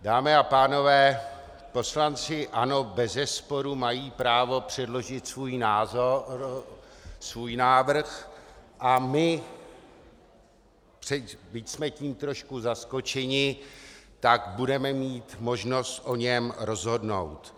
Dámy a pánové, poslanci ANO bezesporu mají právo předložit svůj návrh, a my, byť jsme tím trošku zaskočeni, budeme mít možnost o něm rozhodnout.